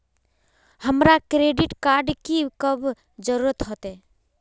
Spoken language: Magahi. हमरा क्रेडिट कार्ड की कब जरूरत होते?